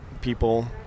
people